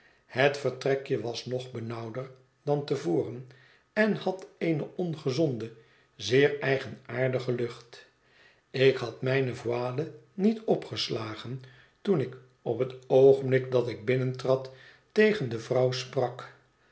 het vertrekje was nog benauwder dan te voren en had eene ongezonde zeer eigenaardige lucht ik had mijne voile niet opgeslagen toen ik op het oogenblik dat ik binnentrad tegen de vrouw sprak